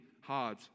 hard